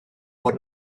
bod